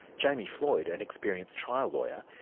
jami floyd, an experienced trial lawyer,